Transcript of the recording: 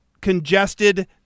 congested